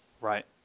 Right